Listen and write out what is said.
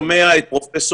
אתם שומעים שפרופ'